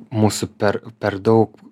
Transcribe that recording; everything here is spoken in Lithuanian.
mūsų per per daug